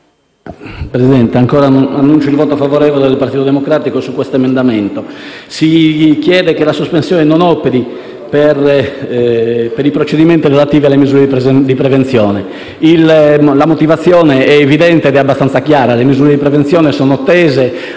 Presidente, annuncio il voto favorevole del Partito Democratico all'emendamento in esame, con cui si chiede che la sospensione non operi per i procedimenti relativi alle misure di prevenzione. La motivazione è evidente ed è abbastanza chiara: le misure di prevenzione sono tese